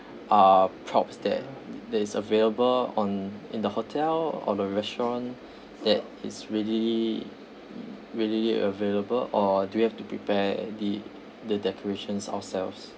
uh props that that is available on in the hotel or the restaurant that is really really available or do we have to prepare the the decorations ourselves